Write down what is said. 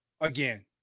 again